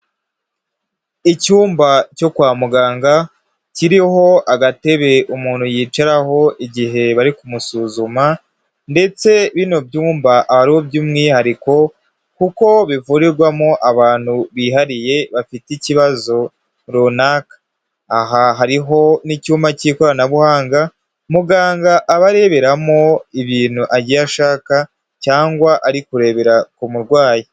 Icyumba cyo kwa muganga kiriho agatebe umuntu yicaraho igihe bari ku musuzuma, ndetse bino byumba aba ari iby'umwihariko, kuko bivurirwamo abantu bihariye bafite ikibazo runaka, aha hariho n'icyuma cy'ikoranabuhanga, muganga aba areberamo ibintu agiye ashaka cyangwa ari kurebera ku murwayi.